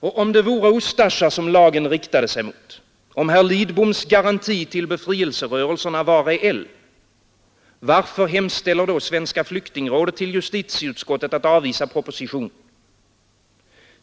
Och om det vore Ustasja, som lagen riktade sig mot, om herr Lidboms garanti till befrielserörelserna vore reell, varför hemställer då Svenska flyktingrådet till justitieutskottet att avvisa propositionen?